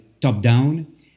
top-down